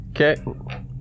Okay